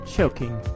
Choking